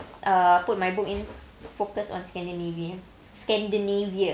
uh put my book in focus on scandinavi~ scandinavia